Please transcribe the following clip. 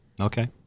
okay